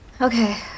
Okay